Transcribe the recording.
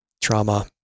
trauma